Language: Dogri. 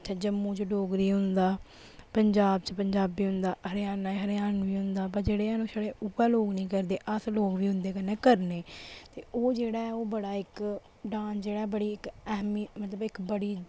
ते जम्मू च डोगरी होन्दा पंजाब च पंजाबी होन्दा हरियाणा च हरियाणवी होन्दा ब जेहड़े हैन ब छड़े उ'ऐ लोग नि करदे अस लोग बी उं'दे कन्नै करने ते ओह् जेह्ड़ा ऐ ओह् बड़ा इक डांस जेह्ड़ा ऐ बड़ी एह्मी मतलब इक बड़ी